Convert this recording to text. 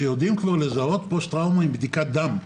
שיודעים כבר לזהות פוסט טראומה על פי בדיקת דם.